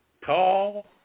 Tall